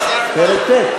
פרק ט'.